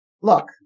Look